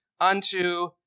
unto